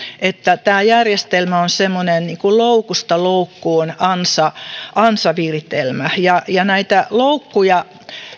tämä järjestelmä on semmoinen niin kuin loukusta loukkuun ansaviritelmä näitä loukkuja